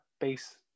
base